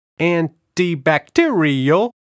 antibacterial